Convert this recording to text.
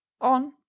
on